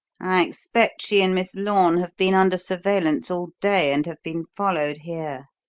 i expect she and miss lorne have been under surveillance all day and have been followed here.